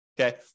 okay